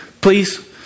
please